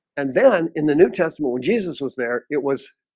and then in the new testament jesus was there it was